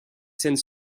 scènes